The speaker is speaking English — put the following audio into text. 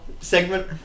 segment